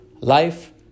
Life